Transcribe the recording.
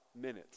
minutes